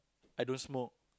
I don't smoke